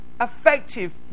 effective